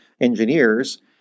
engineers